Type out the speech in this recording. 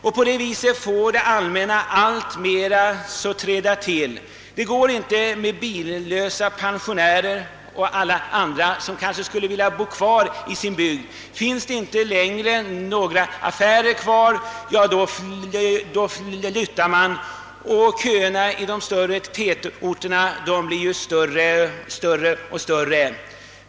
När den slutar får det allmänna träda till, därför att billösa pensionärer och alla andra som kanske skulle vilja bo kvar i sin bygd inte kan klara sig längre. Finns det inte längre några affärer kvar, så flyttar man, och köerna i de större tätorterna blir längre och längre.